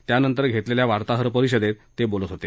त्यानंतर घेतलेल्या वार्ताहरपरिषदेत ते बोलत होते